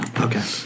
Okay